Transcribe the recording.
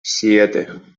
siete